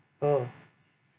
oh